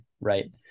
Right